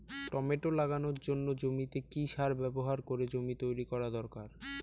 Tomato লাগানোর জন্য জমিতে কি সার ব্যবহার করে জমি তৈরি করা দরকার?